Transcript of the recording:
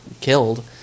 killed